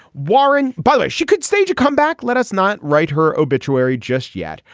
warren butler, she could stage a comeback. let us not write her obituary just yet.